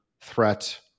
threat